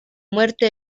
muerte